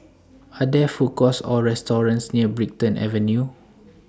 Are There Food Courts Or restaurants near Brighton Avenue